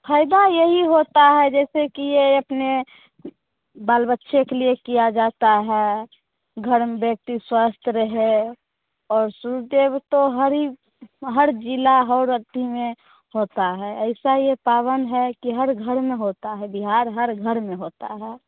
फायदा यही होता है जैसे कि ये अपने बाल बच्चे के लिये किया जाता है घर में व्यक्ति स्वस्थ रहें और सूर्य देव तो हरी हर जिला होर वक्ति में होता है ऐसा ये पावन है के हर घर में होता है बिहार हर घर में होता है